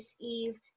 Eve